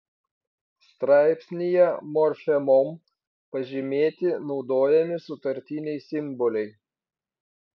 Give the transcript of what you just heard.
straipsnyje morfemom pažymėti naudojami sutartiniai simboliai